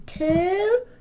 Two